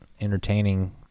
entertaining